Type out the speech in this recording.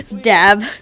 Dab